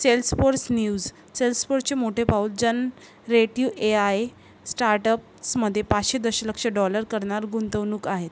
Salesforce news sales फोरचे मोठे फाऊजन क्रिएटीव ए आय स्टार्टअप्समध्ये पाचशे दशलक्ष डॉलर करणार गुंतवणूक आहे